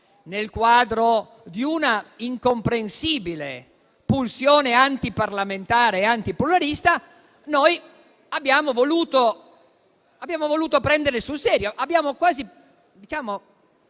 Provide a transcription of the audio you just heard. e di una incomprensibile pulsione antiparlamentare e antipluralista, noi abbiamo voluto prenderle sul serio. Abbiamo quasi